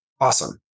Awesome